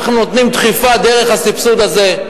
אנחנו נותנים דחיפה, דרך הסבסוד הזה,